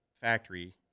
factory